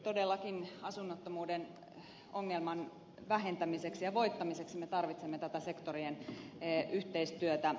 todellakin asunnottomuuden ongelman vähentämiseksi ja voittamiseksi me tarvitsemme tätä sektorien yhteistyötä